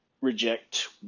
reject